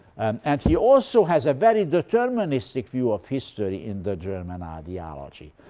and he also has a very deterministic view of history in the german ideology.